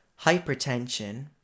hypertension